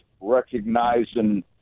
recognizing